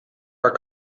are